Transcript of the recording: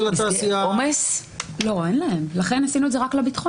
התעשייה --- לכן עשינו את זה רק לביטחוני.